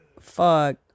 Fuck